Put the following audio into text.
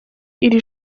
iri